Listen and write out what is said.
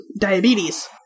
diabetes